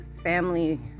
family